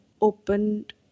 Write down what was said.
opened